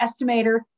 estimator